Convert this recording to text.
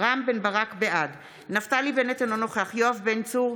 בעד יואב בן צור,